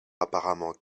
apparemment